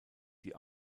die